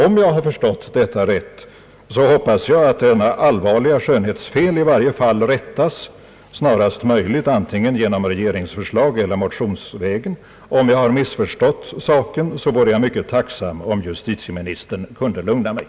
Om jag har förstått uttalandet rätt hoppas jag att detta allvarliga skönhetsfel rättas snarast möjligt antingen genom regeringsförslag eller motionsvägen. Om jag har missförstått saken vore jag mycket tacksam om justitieministern kunde lugna mig.